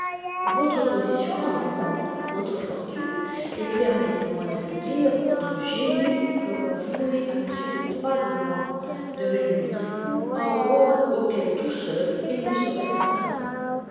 votre position dans le monde votre fortune et permettez-moi de le dire votre génie feront jouer à m de croisenois devenu votre époux un rôle auquel tout seul il ne saurait atteindre